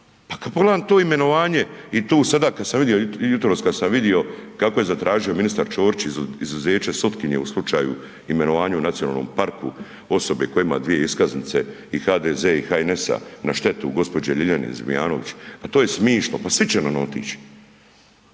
pa kad pogledam to imenovanje i tu sada kad sam vidio, jutros kad sam vidio kako je zatražio ministar Ćorić izuzeće sutkinje u slučaju imenovanju u nacionalnom parku osobe koja ima dvije iskaznice i HDZ-a i HNS-a na štetu gđe. Ljiljane Zmijanović, pa to je smišno, pa svi će nan otić.